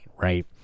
right